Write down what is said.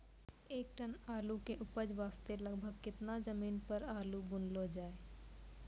एक टन आलू के उपज वास्ते लगभग केतना जमीन पर आलू बुनलो जाय?